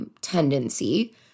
tendency